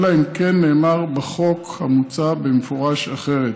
אלא אם כן נאמר בחוק המוצע במפורש אחרת.